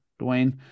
Dwayne